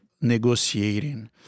negotiating